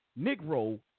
Negro